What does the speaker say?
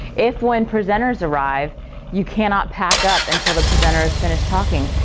if when presenters arrive you cannot pack up until the presenters finished talking,